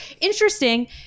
interesting